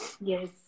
Yes